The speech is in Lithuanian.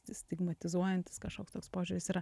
stigmatizuojantis kažkoks toks požiūris yra